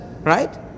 right